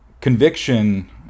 conviction